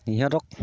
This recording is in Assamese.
সিহঁতক